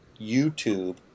YouTube